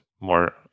More